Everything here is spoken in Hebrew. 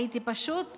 הייתי פשוט בודדה.